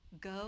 go